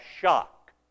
shock